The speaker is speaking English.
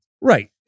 Right